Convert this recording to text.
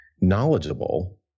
knowledgeable